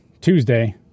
Tuesday